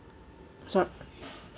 sor~